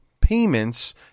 payments